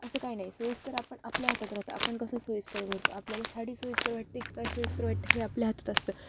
असं काय नाही सोयस्कर आपण आपल्या हातात राहत आपण कसं सोयस्कर करतो आपल्याला साडी सोईस्कर वाटते कि काय सोयस्कर वाटते हे आपल्या हातात असतं